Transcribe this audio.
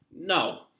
No